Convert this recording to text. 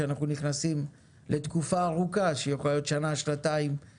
שאנחנו נכנסים לתקופה ארוכה שהיא יכולה להיות שנה-שנתיים-שלוש,